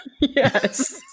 yes